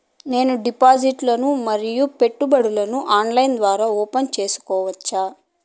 నేను డిపాజిట్లు ను మరియు పెట్టుబడులను ఆన్లైన్ ద్వారా ఓపెన్ సేసుకోవచ్చా?